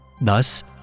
Thus